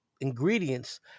ingredients